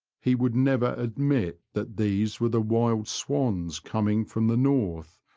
he would never admit that these were the wild swans coming from the north,